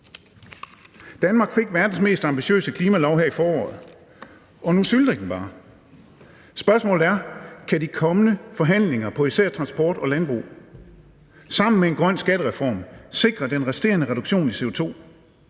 Danmark fik verdens mest ambitiøse klimalov her i foråret, og nu sylter I den bare. Spørgsmålet er: Kan de kommende forhandlinger på især transportområdet og landbrugsområdet sammen med en grøn skattereform sikre den resterende reduktion i CO2?